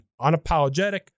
unapologetic